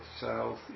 south